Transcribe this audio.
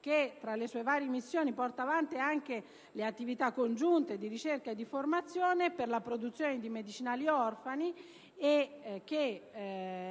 tra le sue varie missioni, porta avanti anche le attività congiunte di ricerca e di formazione per la produzione di medicinali orfani, è